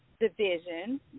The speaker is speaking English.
division